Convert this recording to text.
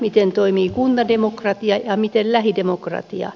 miten toimii kuntademokratia ja miten lähidemokratia